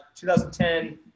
2010